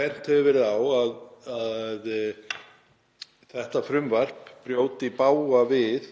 verið á að þetta frumvarp brjóti í bága við